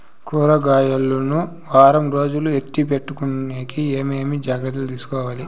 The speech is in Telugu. కూరగాయలు ను వారం రోజులు ఎత్తిపెట్టుకునేకి ఏమేమి జాగ్రత్తలు తీసుకొవాలి?